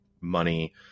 money